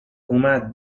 اومد